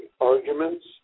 arguments